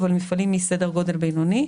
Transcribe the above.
אבל מפעלים מסדר גודל בינוני.